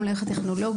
גם למערכות טכנולוגיות,